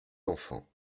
enfants